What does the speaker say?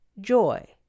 joy